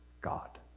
God